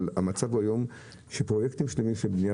אבל המצב היום הוא שפרויקטים שלמים של בנייה,